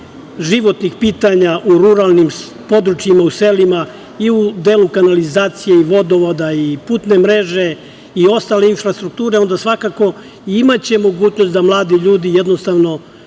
životnih pitanja u ruralnim područjima, u selima i u delu kanalizacije i vodovoda i putne mreže i ostale infrastrukture, onda svakako imaće mogućnost da mladi ljudi jednostavno